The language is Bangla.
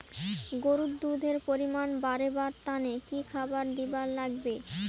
গরুর দুধ এর পরিমাণ বারেবার তানে কি খাবার দিবার লাগবে?